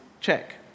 check